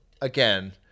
again